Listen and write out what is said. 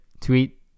Tweet